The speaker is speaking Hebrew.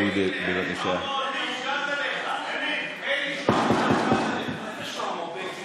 ואני מניח שעוד פעם כולם ישתקו חוץ מהרשימה המשותפת.